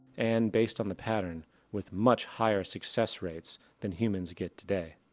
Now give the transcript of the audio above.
and based on the pattern with much higher success rates than humans get today.